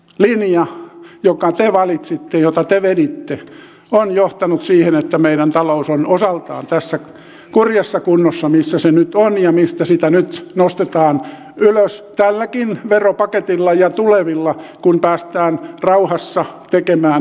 linja jonka te valitsitte ja jota te veditte on osaltaan johtanut siihen että meidän talous on tässä kurjassa kunnossa missä se nyt on ja mistä sitä nyt nostetaan ylös tälläkin veropaketilla ja tulevilla kun päästään rauhassa tekemään